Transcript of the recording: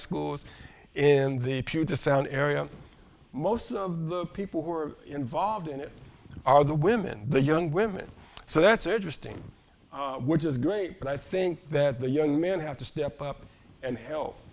schools in the puget sound area most of the people who are involved in it are the women the young women so that's interesting which is great but i think that the young men have to step up and help